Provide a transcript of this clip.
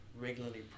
regularly